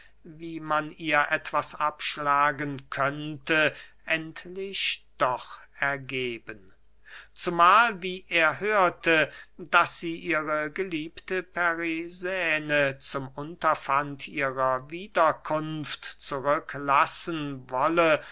wie man ihr etwas abschlagen könnte endlich doch ergeben zumahl wie er hörte daß sie ihre geliebte perisäne zum unterpfand ihrer wiederkunft zurück lassen wolle